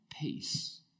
peace